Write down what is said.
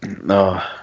no